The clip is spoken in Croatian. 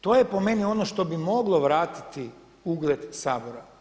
To je po meni ono što bi moglo vratiti ugled Sabora.